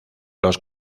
los